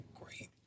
great